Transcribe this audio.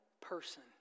person